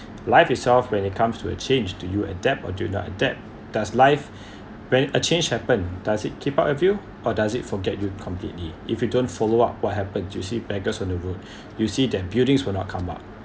life itself when it comes to a change do you adapt or do not adapt does life when a change happen does it keep up of you or does it forget you completely if you don't follow up what happened you see beggars on the road you see that buildings will not come up